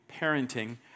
parenting